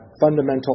fundamental